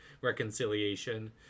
reconciliation